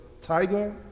Tiger